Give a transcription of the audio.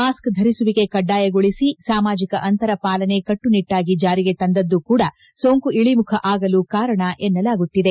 mask ಧರಿಸುವಿಕೆ ಕಡ್ಡಾಯಗೊಳಿಸಿ ಸಾಮಾಜಿಕ ಅಂತರ ಪಾಲನೆ ಕಟ್ಟು ನಿಟ್ಟಾಗಿ ಜಾರಿಗೆ ತಂದದ್ದು ಕೂಡ ಸೋಂಕು ಇಳಿಮುಖ ಆಗಲು ಕಾರಣ ಎನ್ನಲಾಗುತ್ತಿದೆ